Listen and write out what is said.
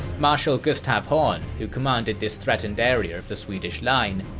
marshal gustav horn, who commanded this threatened area of the swedish line,